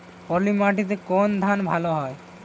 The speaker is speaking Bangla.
পলিমাটিতে কোন ধান ভালো হয়?